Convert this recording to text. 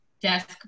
desk